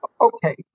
Okay